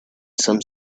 some